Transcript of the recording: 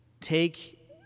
take